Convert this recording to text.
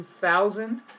2000